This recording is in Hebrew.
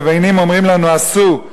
לבנים אומרים לנו עשו.